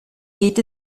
geht